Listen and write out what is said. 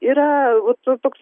yra to toks